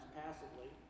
passively